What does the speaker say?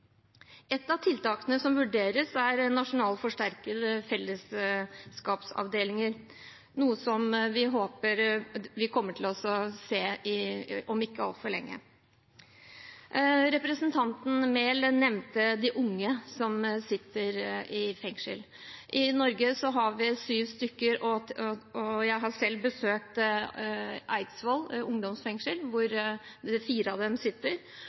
Et av tiltakene som vurderes, er nasjonale forsterkede fellesskapsavdelinger, noe vi håper vi kommer til å se om ikke altfor lenge. Representanten Enger Mehl nevnte de unge som sitter i fengsel. I Norge har vi syv stykker, og jeg har selv besøkt ungdomsfengselet på Eidsvoll, hvor fire av dem sitter.